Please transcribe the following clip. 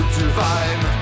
divine